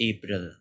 April